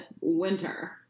winter